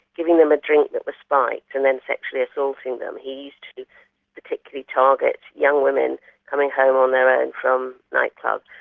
giving them a drink that was spiked and then sexually assaulting them. he used to particularly target young women coming home on their own from nightclubs.